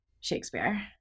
Shakespeare